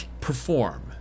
perform